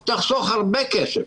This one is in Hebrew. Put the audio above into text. תחסוך הרבה כסף.